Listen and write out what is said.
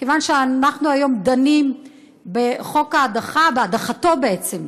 כיוון שאנחנו היום דנים בחוק ההדחה, בהדחתו בעצם,